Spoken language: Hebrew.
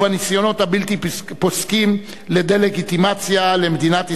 ובניסיונות הבלתי פוסקים לדה-לגיטימציה למדינת ישראל,